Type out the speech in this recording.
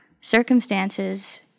circumstances